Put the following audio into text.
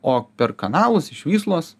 o per kanalus iš vyslos